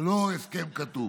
זה לא הסכם כתוב,